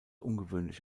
ungewöhnlich